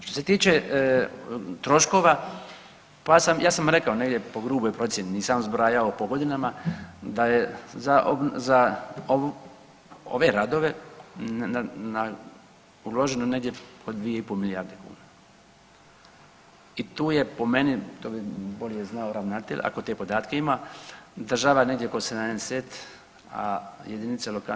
Što se tiče troškova, pa ja sam, ja sam rekao negdje po gruboj procijeni, nisam zbrajao po godinama, da je za, za ove radove uloženo negdje oko 2,5 milijarde kuna i tu je po meni, to bi bolje znao ravnatelj ako te podatke ima, država negdje oko 70, a JLS oko 30%